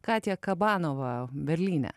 katija kabanova berlyne